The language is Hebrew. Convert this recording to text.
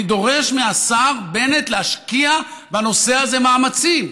אני דורש מהשר בנט להשקיע בנושא הזה מאמצים,